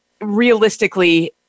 Realistically